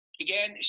again